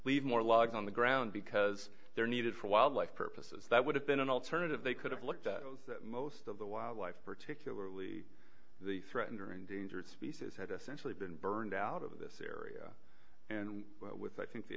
leave more logs on the ground because they're needed for wildlife purposes that would have been an alternative they could have looked at most of the wildlife particularly the threatened or endangered species had essentially been burned out of this area and with i think the